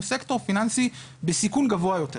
הוא סקטור פיננסי בסיכון גבוה יותר.